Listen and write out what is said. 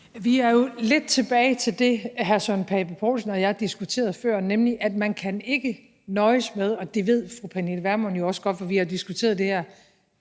Vi er jo lidt tilbage ved det, hr. Søren Pape Poulsen og jeg diskuterede før, nemlig at man ikke kan nøjes med – og det ved fru Pernille Vermund jo også godt, for vi har diskuteret det her